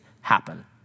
happen